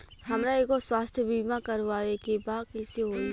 हमरा एगो स्वास्थ्य बीमा करवाए के बा कइसे होई?